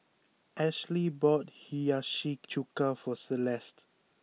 Ashely bought Hiyashi chuka for Celeste